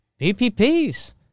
PPPs